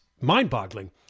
mind-boggling